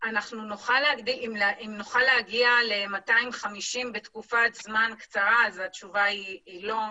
אם נוכל להגיע ל-250 בתקופת זמן קצרה אז התשובה היא לא.